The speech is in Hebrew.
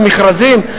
זה מכרזים.